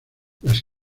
las